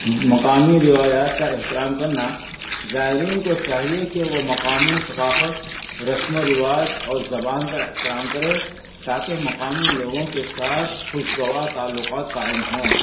مقامی روایات کا احترام کرنا زائرین کو چاہیے کہ وہ مقامی ثقافت رسم و رواج اور زبان کا احترام کرے تاکہ مقامی لوگوں کے ساتھ خوشگوار تعلقات قائم ہوں